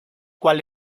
cuál